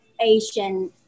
Asian